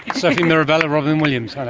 sophie mirabella, robyn williams, hello.